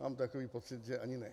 Mám takový pocit, že ani ne.